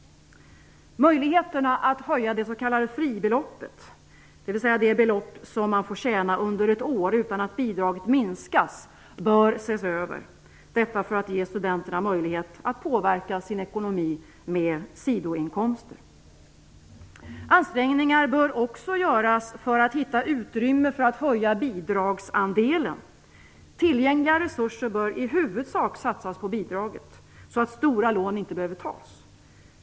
Möjligheterna att höja det s.k. fribeloppet, dvs. det belopp man får tjäna under ett år utan att bidraget minskas, bör ses över. Detta för att ge studenterna möjlighet att påverka sin ekonomi med sidoinkomster. Ansträngningar bör också göras för att hitta utrymme för att höja bidragsandelen. Tillgängliga resurser bör i huvudsak satsas på bidraget, så att stora lån inte behöver tas.